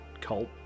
cult